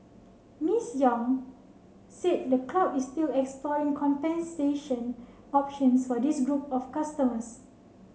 Miss Yang said the club is still exploring compensation options for this group of customers